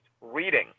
reading